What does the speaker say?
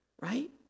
right